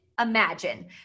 imagine